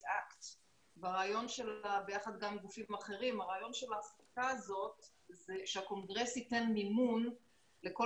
הרעיון של החקיקה הזאת הוא שהקונגרס ייתן מימון לכל